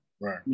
Right